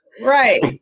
right